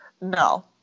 No